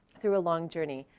through a long journey.